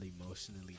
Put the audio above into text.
emotionally